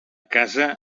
casa